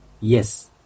Yes